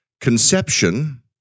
conception